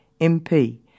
MP